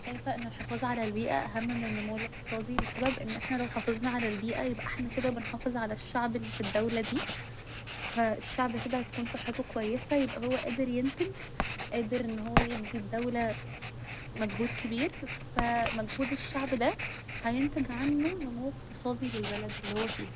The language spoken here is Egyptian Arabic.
شايفة ان الحفاظ على البيئة اهم من النمو الاقتصادي لسبب ان احنا لو حافظنا على البيئة يبقى احنا كده بنحافظ على الشعب اللي في الدولة دي ف الشعب كده هتكون صحته كويسة يبقى هو قادر ينتج قادر انه هو يدي الدولة مجهود كبير ف مجهود الشعب ده هينتج عنه نمو اقتصادي للبلد اللي هو فيها